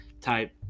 type